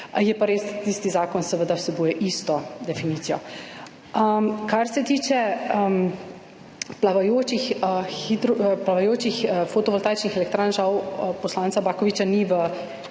Je pa res, da tisti zakon seveda vsebuje isto definicijo. Kar se tiče plavajočih fotovoltaičnih elektrarn. Žal poslanca Bakovića ni v